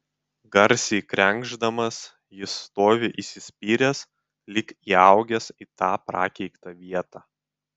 garsiai krenkšdamas jis stovi įsispyręs lyg įaugęs į tą prakeiktą vietą